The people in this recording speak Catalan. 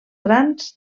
grans